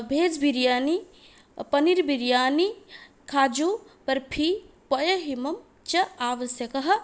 veg biryani paneer biryani kaju barfi पयोहिमः च आवश्यकः